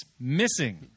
missing